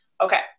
Okay